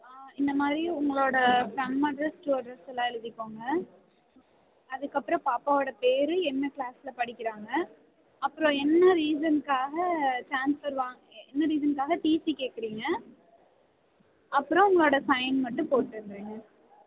ஆ இந்தமாதிரி உங்களோடய from address to address எல்லாம் எழுதிக்கோங்க அதுக்கப்புறம் பாப்பாவோடய பேர் என்ன கிளாஸில் படிக்கிறாங்க அப்புறம் என்ன ரீஸன்க்காக ட்ரான்ஃஸ்பெர் வாங்க என்ன ரீஸன்க்காக டிசி கேட்குறீங்க அப்புறம் உங்களோடய சைன் மட்டும் போட்டுவிடுங்க